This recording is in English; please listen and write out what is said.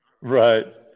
right